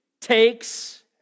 takes